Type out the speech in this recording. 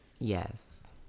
Yes